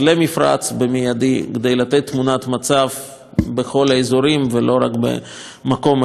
כדי לתת תמונת מצב בכל האזורים ולא רק במקום אחד מסוים.